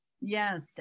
yes